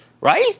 right